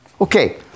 Okay